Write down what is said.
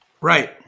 Right